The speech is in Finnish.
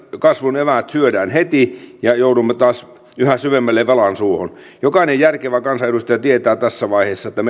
kasvun eväät syödään heti ja joudumme taas yhä syvemmälle velan suohon jokainen järkevä kansanedustaja tietää tässä vaiheessa että